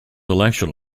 election